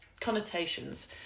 connotations